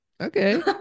Okay